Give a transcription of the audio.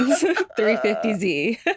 350Z